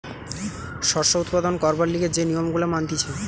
শস্য উৎপাদন করবার লিগে যে নিয়ম গুলা মানতিছে